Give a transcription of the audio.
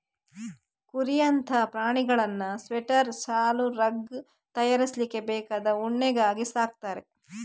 ಕುರಿಯಂತಹ ಪ್ರಾಣಿಗಳನ್ನ ಸ್ವೆಟರ್, ಶಾಲು, ರಗ್ ತಯಾರಿಸ್ಲಿಕ್ಕೆ ಬೇಕಾದ ಉಣ್ಣೆಗಾಗಿ ಸಾಕ್ತಾರೆ